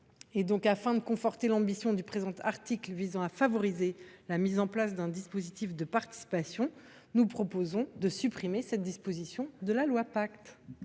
Afin de conforter l’ambition de l’article 4, dont l’objet est de favoriser la mise en place d’un dispositif de participation, nous proposons de supprimer cette disposition de la loi Pacte.